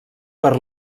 per